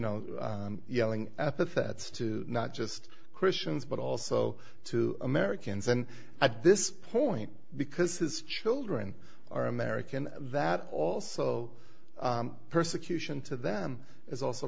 know yelling at the feds to not just christians but also to americans and at this point because his children are american that also persecution to them is also